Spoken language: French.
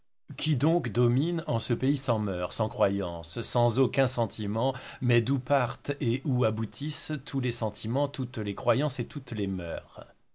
qui donc domine en ce pays sans mœurs sans croyance sans aucun sentiment mais d'où partent et où aboutissent tous les sentiments toutes les croyances et toutes les mœurs